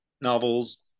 novels